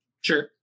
Sure